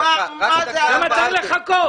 למה צריך לחכות?